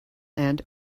and